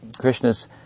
Krishna's